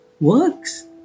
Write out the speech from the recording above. works